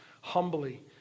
humbly